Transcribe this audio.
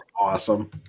Awesome